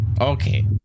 Okay